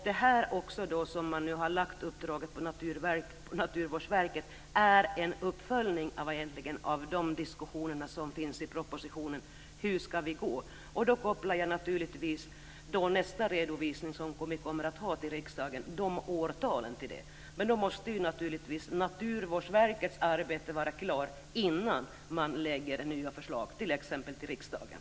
Det uppdrag som Naturvårdsverket har fått är en uppföljning av de diskussioner som finns i propositionen om hur vi ska gå till väga. Då kopplar jag dessa årtal till nästa redovisning som kommer att ske inför riksdagen. Naturvårdsverkets arbete måste alltså vara klart innan man lägger fram nya förslag inför riksdagen.